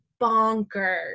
bonkers